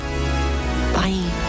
bye